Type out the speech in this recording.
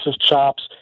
chops